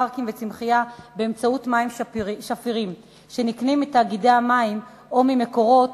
פארקים וצמחייה במים שפירים שנקנים מתאגידי המים או מ"מקורות",